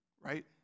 Right